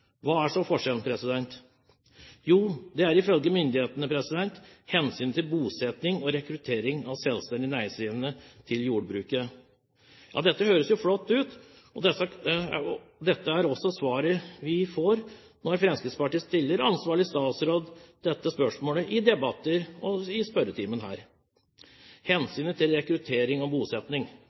Hva er så forskjellen? Jo, det er ifølge myndighetene hensynet til bosetting og rekruttering av selvstendig næringsdrivende til jordbruket. Ja, dette høres jo flott ut. Dette er også svaret Fremskrittspartiet får når vi stiller ansvarlig statsråd dette spørsmålet i debatter og i spørretimen her: hensynet til rekruttering og